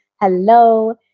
hello